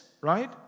right